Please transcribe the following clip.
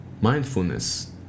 mindfulness